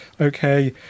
okay